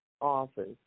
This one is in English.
office